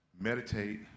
meditate